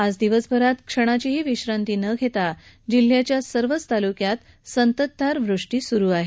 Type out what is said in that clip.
आज दिवसभरात क्षणाचीही विश्रांती न घेता जिल्ह्याच्या सर्वच तालुक्यात संततधार वृष्टी सुरू आहे